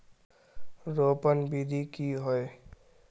रोपण विधि की होय?